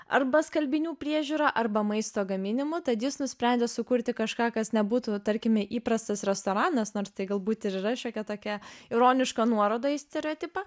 arba skalbinių priežiūra arba maisto gaminimu tad jis nusprendė sukurti kažką kas nebūtų tarkime įprastas restoranas nors tai galbūt ir yra šiokia tokia ironiška nuoroda į stereotipą